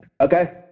Okay